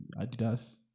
Adidas